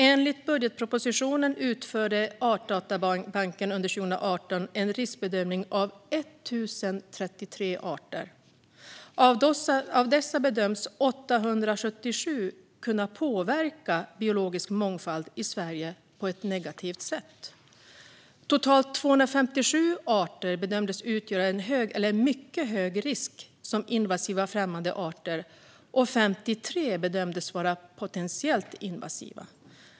Enligt budgetpropositionen utförde Artdatabanken under 2018 en riskbedömning av 1 033 arter. Av dessa bedömdes 877 kunna påverka den biologiska mångfalden i Sverige på ett negativt sätt. Totalt 257 arter bedömdes utgöra en hög eller mycket hög risk som invasiva främmande arter, och 53 arter bedömdes vara potentiellt invasiva.